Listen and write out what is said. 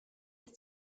ist